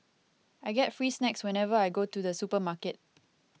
I get free snacks whenever I go to the supermarket